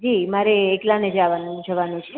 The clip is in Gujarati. જી મારે એકલાને જવાનું જવાનું છે